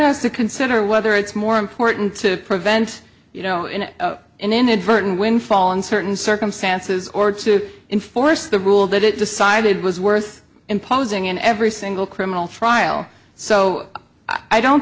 has to consider whether it's more important to prevent you know an inadvertent winfall in certain circumstances or to enforce the rule that it decided was worth imposing in every single criminal trial so i don't